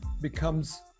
becomes